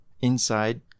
Inside